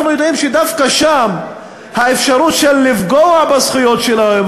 אנחנו יודעים שדווקא שם קיימת האפשרות לפגוע בזכויות שלהם,